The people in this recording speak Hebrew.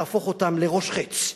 תהפוך אותם לראש חץ,